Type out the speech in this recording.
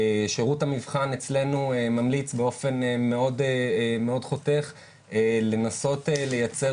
שירות המבחן אצלנו ממליץ באופן מאוד חותך לנסות לייצר